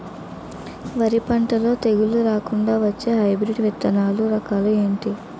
వరి పంటలో తెగుళ్లు రాకుండ వచ్చే హైబ్రిడ్ విత్తనాలు రకాలు ఏంటి?